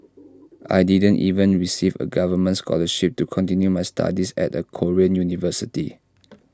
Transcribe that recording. I didn't even receive A government scholarship to continue my studies at A Korean university